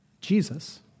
Jesus